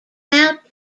out